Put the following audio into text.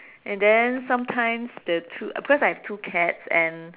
and then sometimes the two because I have two cats and